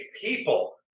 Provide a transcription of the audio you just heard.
people